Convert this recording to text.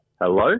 Hello